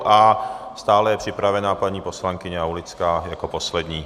A stále je připravena paní poslankyně Aulická jako poslední.